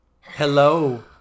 Hello